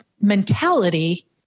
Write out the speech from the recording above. mentality